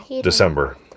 December